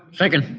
second.